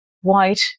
white